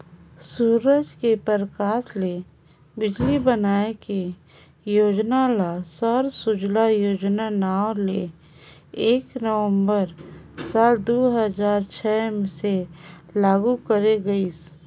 सूरज के परकास ले बिजली बनाए के योजना ल सौर सूजला योजना नांव ले एक नवंबर साल दू हजार छै से लागू करे गईस